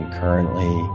currently